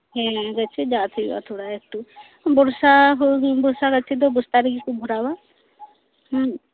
ᱦᱮᱸ ᱜᱟᱪᱷᱤ ᱡᱟᱵᱽ ᱦᱩᱭᱩᱜᱼᱟ ᱛᱷᱚᱲᱟ ᱮᱠᱴᱩ ᱵᱚᱨᱥᱟ ᱦᱩᱲᱩ ᱵᱚᱨᱥᱟ ᱜᱟᱪᱷᱤ ᱫᱚ ᱵᱚᱥᱛᱟ ᱨᱮᱜᱮ ᱠᱚ ᱵᱷᱚᱨᱟᱣᱟ ᱦᱮᱸ